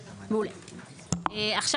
עכשיו,